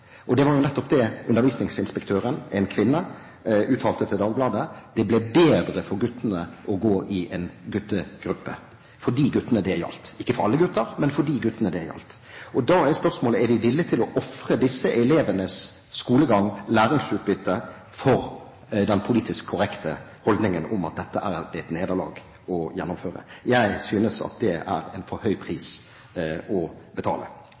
bedre. Det var jo nettopp det undervisningsinspektøren, en kvinne, uttalte til Dagbladet, at det ble bedre for guttene å gå i en guttegruppe, for de guttene det gjaldt – ikke for alle gutter, men for de guttene det gjaldt. Da er spørsmålet: Er vi villig til å ofre disse elevenes skolegang, læringsutbytte, for den politisk korrekte holdningen, at dette er et nederlag å skulle gjennomføre? Jeg synes at det er en for høy pris å betale.